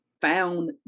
found